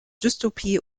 dystopie